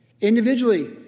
individually